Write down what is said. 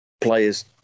players